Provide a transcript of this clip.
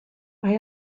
mae